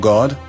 God